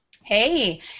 Hey